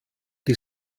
die